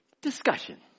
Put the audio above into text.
discussion